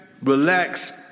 relax